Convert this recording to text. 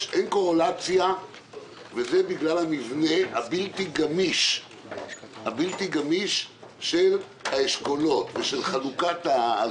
אין קורלציה וזה בגלל המבנה הבלתי גמיש של האשכולות ושל החלוקה.